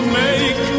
make